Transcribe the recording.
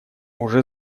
уже